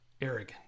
arrogant